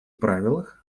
правилах